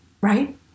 Right